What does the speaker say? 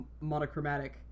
monochromatic